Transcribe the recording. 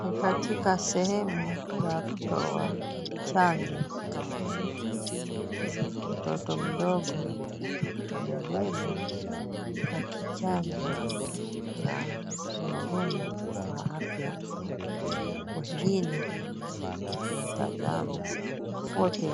Ni katika sehemu ya kutoa chanjo. Mtoto mdogo amebebwa akichanjwa na mhudumu wa afya. Wengine wakimtazama. Wote